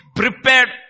prepared